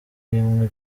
wimwe